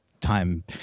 time